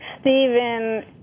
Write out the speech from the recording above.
Stephen